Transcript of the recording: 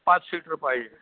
पाच सीटर पाहिजे